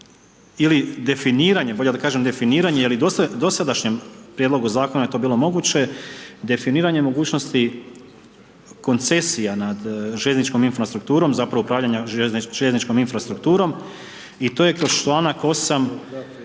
ili definiranje, bolje da kažem definiranje jel i u dosadašnjem prijedlogu Zakona je to bilo moguće. Definiranje mogućnosti koncesija nad željezničkom infrastrukturom, zapravo upravljanja željezničkom infrastrukturom i to je kroz čl. 8.,